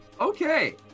Okay